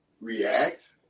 react